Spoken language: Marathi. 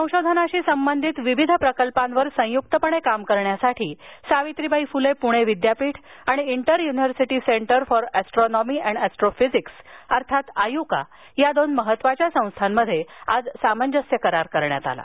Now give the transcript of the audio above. संशोधनाशी संबंधीत विविध प्रकल्पांवर संयुक्तपणे काम करण्यासाठी सावित्रीबाई फुले पुणे विद्यापीठ आणि inter university centre for astronomy and astrophysics अर्थात आयुका या दोन महत्वाच्या संस्थांमध्ये आज सामंजस्य करार करण्यात आला